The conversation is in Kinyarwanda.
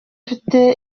afite